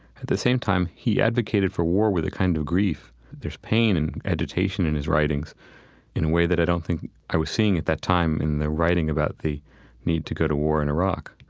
at the same time, he advocated for war with a kind of grief. there's pain and agitation in his writings in a way that i don't think i was seeing at that time in their writing about the need to go to war in iraq.